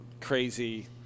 crazy